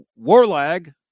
Warlag